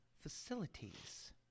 facilities